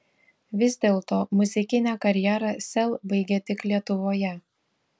vis dėlto muzikinę karjerą sel baigia tik lietuvoje